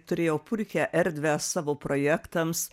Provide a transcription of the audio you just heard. turėjau purkią erdvę savo projektams